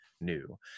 new